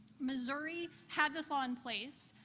missouri had this law in place,